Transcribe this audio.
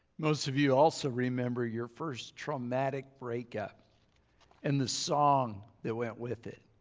most of you also remember your first traumatic breakup and the song that went with it.